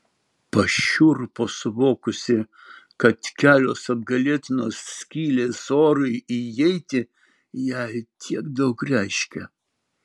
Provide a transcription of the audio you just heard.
pašiurpo suvokusi kad kelios apgailėtinos skylės orui įeiti jai tiek daug reiškia